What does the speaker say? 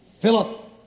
Philip